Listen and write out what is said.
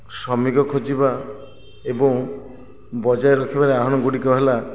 ଶ୍ରମିକ ଖୋଜିବା ଏବଂ ବଜାୟ ରଖିବା ଆହ୍ୱାନ ଗୁଡ଼ିକ ହେଲା